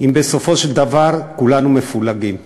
אם בסופו של דבר כולנו מפולגים,